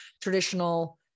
traditional